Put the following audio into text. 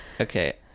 Okay